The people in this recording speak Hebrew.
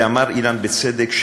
ואמר אילן בצדק,